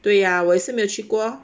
对呀我是也没有去过